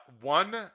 one